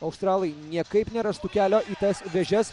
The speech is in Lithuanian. australai niekaip nerastų kelio į tas vėžes